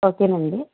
okay అండి